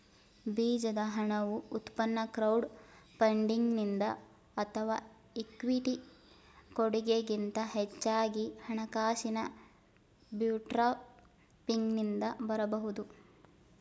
ಬೀಜದ ಹಣವು ಉತ್ಪನ್ನ ಕ್ರೌಡ್ ಫಂಡಿಂಗ್ನಿಂದ ಅಥವಾ ಇಕ್ವಿಟಿ ಕೊಡಗೆ ಗಿಂತ ಹೆಚ್ಚಾಗಿ ಹಣಕಾಸಿನ ಬೂಟ್ಸ್ಟ್ರ್ಯಾಪಿಂಗ್ನಿಂದ ಬರಬಹುದು